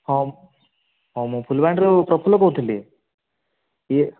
ହଁ ହଁ ମୁଁ ଫୁଲବାଣୀରୁ ପ୍ରଫୁଲ କହୁଥିଲି ଇଏ